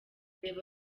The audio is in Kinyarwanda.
reba